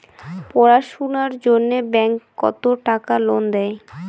পড়াশুনার জন্যে ব্যাংক কত টাকা লোন দেয়?